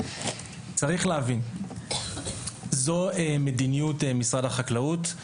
צריך להבין, זו מדיניות משרד החקלאות.